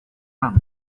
hano